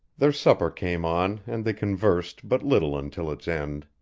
their supper came on and they conversed but little until its end.